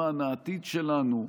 למען העתיד שלנו,